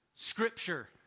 scripture